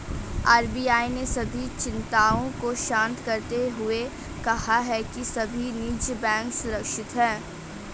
RBI ने सभी चिंताओं को शांत करते हुए कहा है कि सभी निजी बैंक सुरक्षित हैं